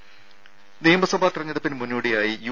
രുര നിയമസഭാ തെരഞ്ഞെടുപ്പിന് മുന്നോടിയായി യു